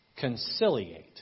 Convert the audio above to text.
conciliate